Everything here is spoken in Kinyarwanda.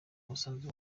umusanzu